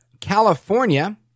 California